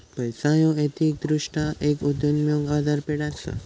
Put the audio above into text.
पैसो ह्या ऐतिहासिकदृष्ट्यो एक उदयोन्मुख बाजारपेठ असा